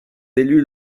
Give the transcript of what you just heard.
élus